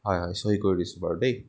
হয় হয় চহী কৰি দিছোঁ বাৰু দেই